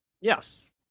Yes